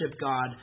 God